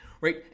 right